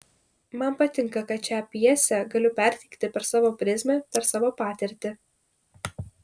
man patinka kad šią pjesę galiu perteikti per savo prizmę per savo patirtį